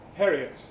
Harriet